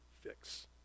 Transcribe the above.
fix